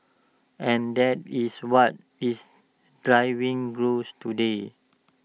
and that is what is driving growth today